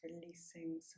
releasing